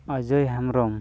Ajoy Hembrom